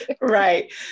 right